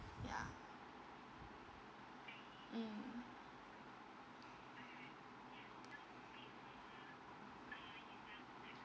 ya mm